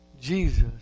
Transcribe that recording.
Jesus